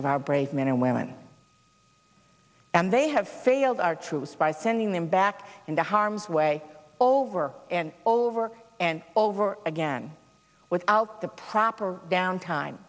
of our brave men and women and they have failed our troops by sending them back into harm's way over and over and over again without the proper down time